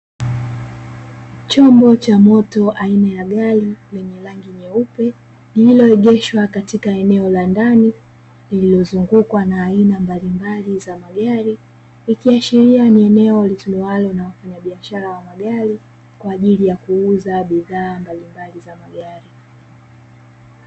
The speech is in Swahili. Chombo cha moto aina ya garii lenye rangi nyeupe lililoegeshwa katika eneo la ndani lililozungukwa na aina mbalimbali za magari, ikiashiria kuwa ni eneo litumiwalo na wafanyabiashara wa magari kwa ajili ya kuuza bidhaa mbalimbali za magari.